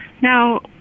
Now